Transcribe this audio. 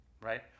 right